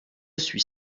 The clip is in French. suis